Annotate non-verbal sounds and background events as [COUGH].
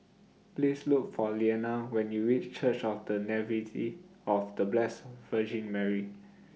Please Look For Lilliana when YOU REACH Church of The [UNINTELLIGIBLE] of The Blessed Virgin Mary